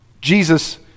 jesus